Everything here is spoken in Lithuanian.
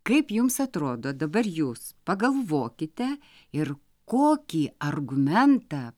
kaip jums atrodo dabar jūs pagalvokite ir kokį argumentą